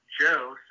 Joe